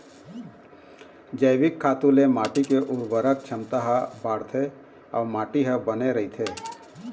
जइविक खातू ले माटी के उरवरक छमता ह बाड़थे अउ माटी ह बने रहिथे